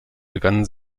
begannen